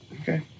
okay